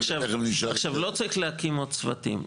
לא צריך להקים עוד צוותים.